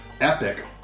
epic